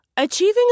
Achieving